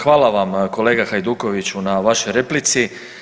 Hvala vam kolega Hajdukoviću na vašoj replici.